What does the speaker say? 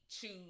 choose